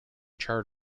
chart